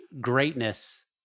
greatness